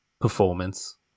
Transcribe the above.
performance